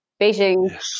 Beijing